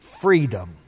freedom